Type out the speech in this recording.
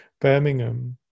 Birmingham